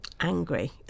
Angry